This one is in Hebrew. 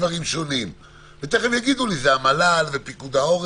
בודקים גם מה שאנחנו קוראים לו "מפות חום",